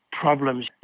problems